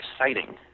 exciting